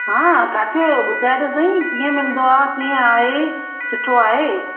हा किथे आहियो ॿुधायो त सही कीअं मिलंदो आहे कीअं आहे सुठो आहे